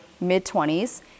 mid-20s